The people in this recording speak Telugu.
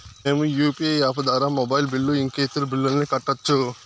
మేము యు.పి.ఐ యాప్ ద్వారా మొబైల్ బిల్లు ఇంకా ఇతర బిల్లులను కట్టొచ్చు